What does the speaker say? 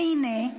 והינה,